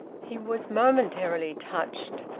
he was momentarily touched.